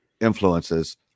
influences